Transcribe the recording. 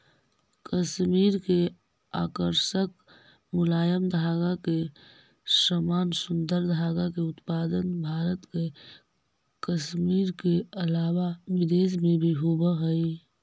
कश्मीर के आकर्षक मुलायम धागा के समान सुन्दर धागा के उत्पादन भारत के कश्मीर के अलावा विदेश में भी होवऽ हई